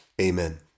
amen